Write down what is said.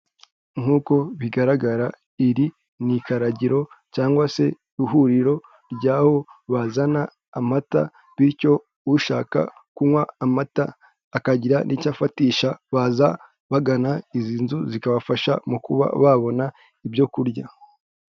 Nkuko bigaragara iri ni ikaragiro cyangwa se ihuriro ry'aho bazana amata bityo ushaka kunywa amata akagira n'icyo afatisha baza bagana izi nzu zikabafasha mu kuba babona ibyo kurya.